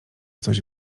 coś